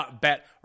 bet